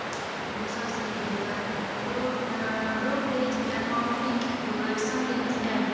وُہ ساس رۄپیہِ و کَر برٛوٹ برٛوکرٛیج ایماونٹٕکۍ پٲٹھۍ سمریٖنَس ایٚڈ